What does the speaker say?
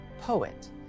poet